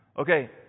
Okay